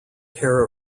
care